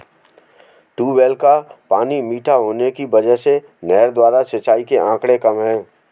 tubewell का पानी मीठा होने की वजह से नहर द्वारा सिंचाई के आंकड़े कम है